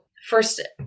First